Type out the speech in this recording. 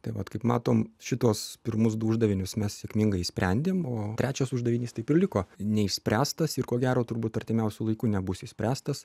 tai vat kaip matom šituos pirmus du uždavinius mes sėkmingai išsprendėm o trečias uždavinys taip ir liko neišspręstas ir ko gero turbūt artimiausiu laiku nebus išspręstas